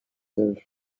freighter